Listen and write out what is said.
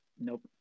Nope